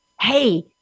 hey